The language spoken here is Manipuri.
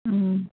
ꯎꯝ